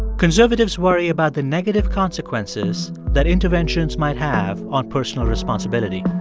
conservatives worry about the negative consequences that interventions might have on personal responsibility.